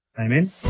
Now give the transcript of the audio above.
Amen